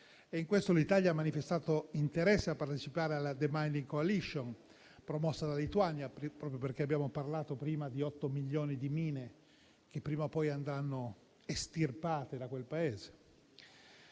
contesto, l'Italia ha manifestato interesse a partecipare alla *demining coalition*, promossa dalla Lituania (proprio perché abbiamo parlato prima di otto milioni di mine che prima o poi andranno estirpate da quel Paese),